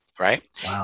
Right